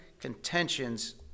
contentions